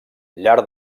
llar